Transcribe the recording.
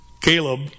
Caleb